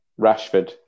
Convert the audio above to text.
Rashford